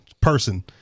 person